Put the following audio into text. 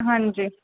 ਹਾਂਜੀ